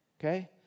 okay